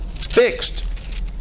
Fixed